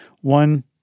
one